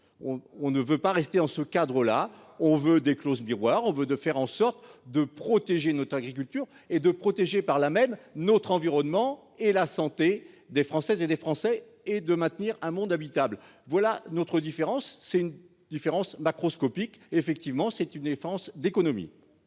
On ne veut pas rester dans ce cadre-là, on veut des clauses miroirs on veut de faire en sorte de protéger notre agriculture et de protéger par là-même notre environnement et la santé des Françaises et des Français et de maintenir un monde habitable. Voilà notre différence, c'est une différence macroscopique. Effectivement c'est une défense d'économie.